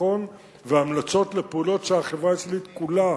הביטחון והמלצות לפעולות שהחברה הישראלית כולה